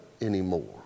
anymore